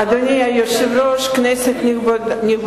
תודה רבה, אדוני היושב-ראש, כנסת נכבדה,